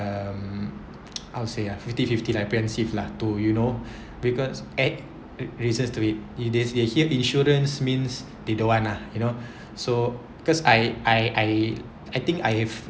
um how to say ah fifty fifty apprehensive lah to you know we got act reasons they hear is insurance means they don't want ah you know so because I I I I think I have